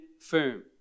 firm